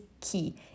key